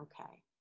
okay